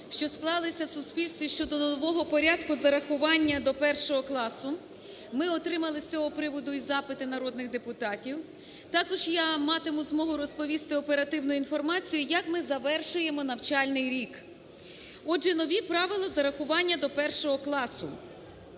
що склалися в суспільстві щодо нового порядку зарахування до 1-го класу. Ми отримали з цього приводу і запити народних депутатів. Також я матиму змогу розповісти оперативну інформацію, як ми завершуємо навчальний рік. Отже, нові правила зарахування до 1-го класу.